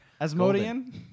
Asmodian